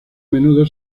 menudo